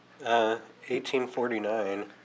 1849